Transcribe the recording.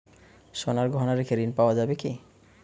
সোনার গহনা রেখে ঋণ পাওয়া যাবে কি?